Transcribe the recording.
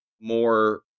more